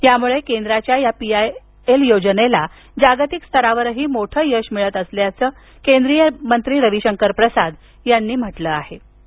यामुळे केंद्राच्या या पी एल आय योजनेला जागतिक स्तरावर ही मोठं यश मिळत असल्याची भावना केंद्रीय मंत्री रवी शंकर प्रसाद यांनी व्यक्त केली